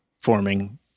Forming